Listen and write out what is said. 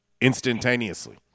instantaneously